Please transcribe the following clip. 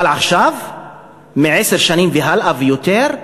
אבל עכשיו, עשר שנים ומעלה, ויותר,